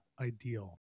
ideal